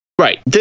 Right